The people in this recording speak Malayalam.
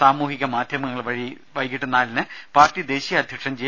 സാമൂഹിക മാധ്യമങ്ങൾ വഴി വൈകീട്ട് നാലിന് പാർട്ടി ദേശീയ അധ്യക്ഷൻ ജെ